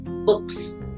books